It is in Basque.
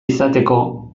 izateko